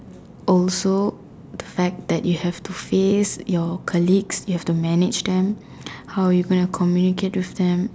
also the fact that you have to face your colleagues you have to manage them how are you going to communicate with them